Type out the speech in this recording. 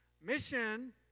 Mission